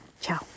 Ciao